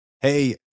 Hey